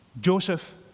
Joseph